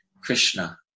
Krishna